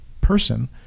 person